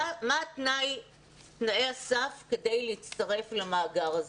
מה תנאי הסף כדי להצטרף למאגר הזה?